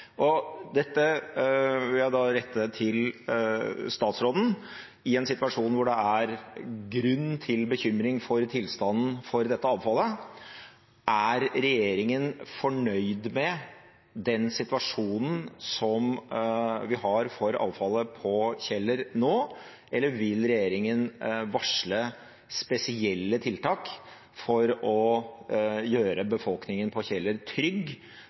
Dette vil jeg da rette til statsråden. I en situasjon hvor det er grunn til bekymring for tilstanden for dette avfallet, er regjeringen fornøyd med den situasjonen som vi har for avfallet på Kjeller nå? Eller vil regjeringen varsle spesielle tiltak for å gjøre befolkningen på Kjeller trygg